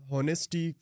Honesty